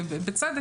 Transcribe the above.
ובצדק,